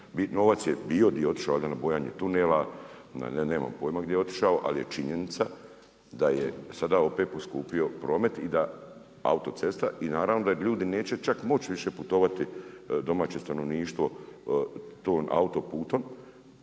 Novac je bio, di je otišao, valjda na bojanje tunela. Nemam pojma gdje je otišao, ali je činjenica da je sada opet poskupio promet i da, autocesta i naravno da ljudi neće čak moći više putovati domaće stanovništvo tim autoputom